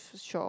shop